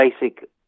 basic